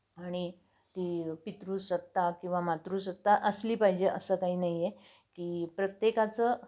आणि ती पितृसत्ता किंवा मातृसत्ता असली पाहिजे असं काही नाही आहे की प्रत्येकाचं